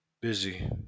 busy